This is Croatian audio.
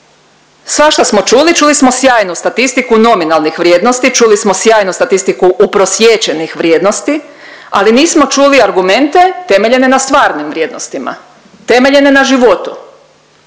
Svašta smo čuli, čuli smo sjajnu statistiku nominalnih vrijednosti, čuli smo sjajnu statistiku uprosječenih vrijednosti, ali nismo čuli argumente temeljene na stvarnim vrijednostima, temeljene na životu.